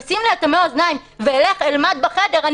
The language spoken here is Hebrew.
אשים לעצמי אטמי אוזניים ואלך ואלמד בחדר,